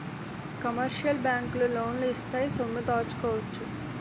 commercial బ్యాంకులు లోన్లు ఇత్తాయి సొమ్ము దాచుకోవచ్చు